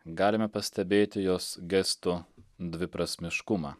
galime pastebėti jos gestų dviprasmiškumą